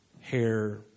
Hair